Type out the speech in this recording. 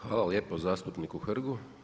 Hvala lijepo zastupniku Hrgu.